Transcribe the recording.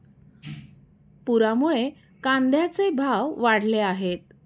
पुरामुळे कांद्याचे भाव वाढले आहेत